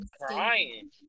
crying